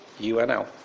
UNL